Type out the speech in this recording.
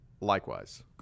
likewise